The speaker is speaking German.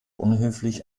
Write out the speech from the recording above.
unhöflich